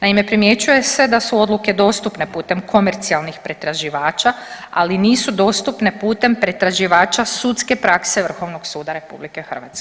Naime, primjećuje se da su odluke dostupne putem komercijalnih pretraživača, ali nisu dostupne putem pretraživača sudske prakse Vrhovnog suda RH.